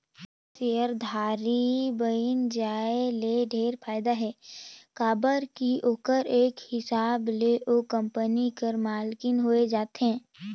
सेयरधारी बइन जाये ले ढेरे फायदा हे काबर की ओहर एक हिसाब ले ओ कंपनी कर मालिक होए जाथे